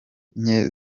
nke